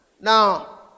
Now